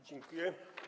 Dziękuję.